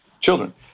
children